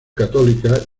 católica